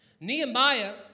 Nehemiah